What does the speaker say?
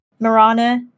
Mirana